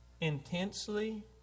intensely